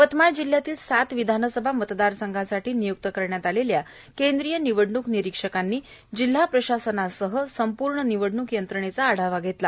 यवतमाळ जिल्ह्यातील सात विधानसभा मतदारसंघासाठी निय्क्त करण्यात आलेल्या केंद्रीय निवडणूक निरीक्षकांनी जिल्हा प्रशासनासह संपूर्ण निवडणूक यंत्रणेचा आढावा घेतला